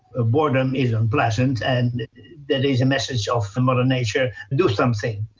ah boredom is unpleasant and that is a message of mother nature, do something.